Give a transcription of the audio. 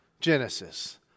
Genesis